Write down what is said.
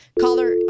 Caller